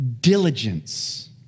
diligence